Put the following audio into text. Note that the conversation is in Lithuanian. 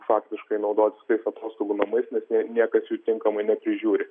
faktiškai naudotis tais atostogų namais nes nie niekas jų tinkamai neprižiūri